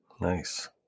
Nice